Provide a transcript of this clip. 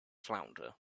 flounder